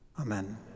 Amen